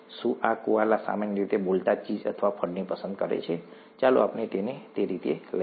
શું કુઆલા સામાન્ય રીતે બોલતા ચીઝ અથવા ફળને પસંદ કરે છે ચાલો આપણે તેને તે રીતે લઈએ